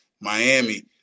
Miami